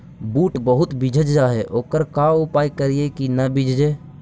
बुट बहुत बिजझ जा हे ओकर का उपाय करियै कि न बिजझे?